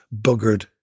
buggered